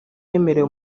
yemereye